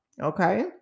okay